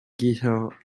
guitar